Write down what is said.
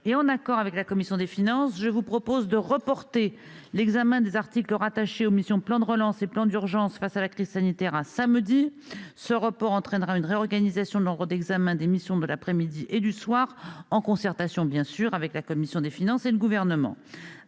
et en accord avec la commission des finances, je vous propose de reporter l'examen des articles rattachés aux missions « Plan de relance » et « Plan d'urgence face à la crise sanitaire » à samedi prochain. Ce report entraînera une réorganisation de l'ordre d'examen des missions de l'après-midi et du soir, en concertation avec la commission des finances et le Gouvernement.